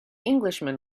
englishman